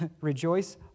Rejoice